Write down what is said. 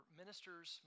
ministers